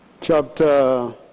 chapter